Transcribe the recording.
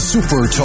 Super